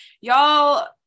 y'all